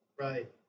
Right